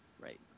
Right